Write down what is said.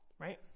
right